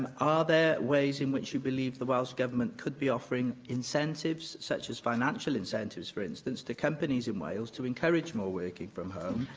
are there ways in which you believe the welsh government could be offering incentives, such as financial incentives, for instance, to companies in wales to encourage more working from home?